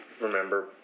remember